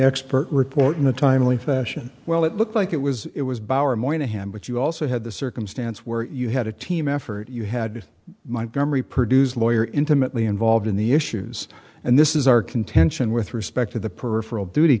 expert report in a timely fashion well it looked like it was it was by our moynahan but you also had the circumstance where you had a team effort you had my gum reproduced lawyer intimately involved in the issues and this is our contention with respect to the peripheral duty